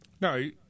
No